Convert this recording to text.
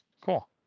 Cool